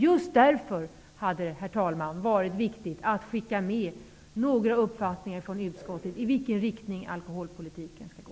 Just därför, herr talman, hade det varit viktigt att skicka med några uppfattningar från utskottet om i vilken riktning alkoholpolitiken skall gå.